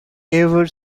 ever